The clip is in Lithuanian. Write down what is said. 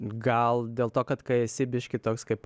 gal dėl to kad kai esi biškį toks kaip